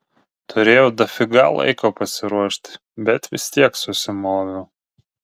turėjau dafiga laiko pasiruošti bet vis tiek susimoviau